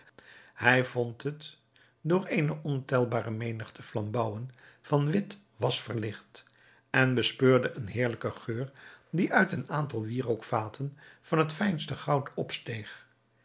hij vond het door eene ontelbare menigte flambouwen van wit was verlicht en bespeurde een heerlijken geur die uit een aantal wierookvaten van het fijnste goud opsteeg